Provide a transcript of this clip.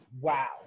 Wow